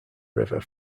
river